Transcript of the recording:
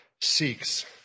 seeks